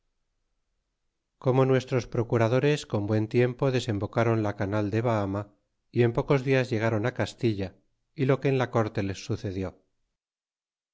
como nuestros procuradores con buen tiempo desembocaron la canal de bahama y en pocos dias ilegron castilla y lo que en la corte les sucedió